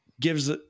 gives